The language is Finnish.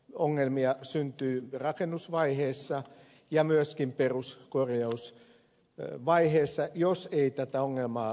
ongelmia syntyy rakennusvaiheessa ja myöskin peruskorjausvaiheessa jos ei tätä ongelmaa tiedosteta